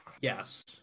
yes